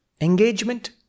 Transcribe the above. engagement